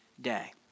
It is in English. day